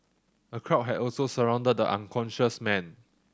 a crowd had also surrounded the unconscious man